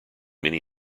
many